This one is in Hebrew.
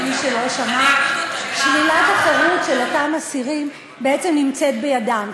למי שלא שמע: שלילת החירות של אותם אסירים בעצם נמצאת בידם,